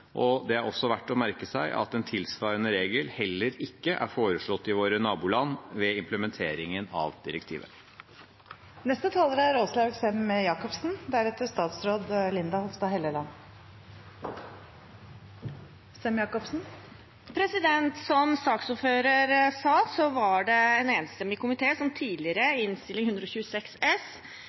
Det er også verdt å merke seg at en tilsvarende regel heller ikke er foreslått i våre naboland ved implementeringen av direktivet. Som saksordføreren sa, var det en enstemmig komité som tidligere, i Innst. 126 S for 2017–2018, mente at det var viktig å benytte det handlingsrommet som faktisk finnes i